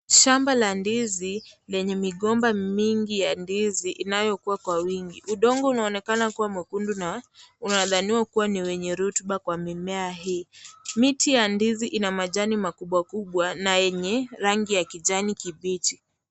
Shamba la ndizi lenye migomba mingi ya ndizi inayokuwa kwa wingi. Udongo unaonekana kuwa mwekundu na unadhaniwa kuwa ni wenye rotuba kwa mimea hii. Miti ya ndizi ina majani makubwa kubwa na yenye rangi ya kijani kibichi.